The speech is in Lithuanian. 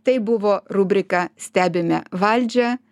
tai buvo rubrika stebime valdžią